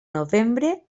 novembre